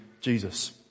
Jesus